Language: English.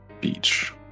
beach